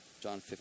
john